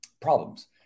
problems